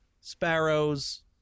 sparrows